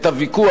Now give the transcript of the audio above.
את הוויכוח,